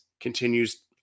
continues –